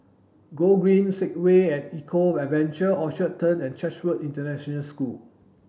Gogreen Segway at Eco Adventure Orchard Turn and Chatsworth International School